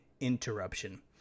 interruption